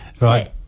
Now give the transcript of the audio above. Right